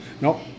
No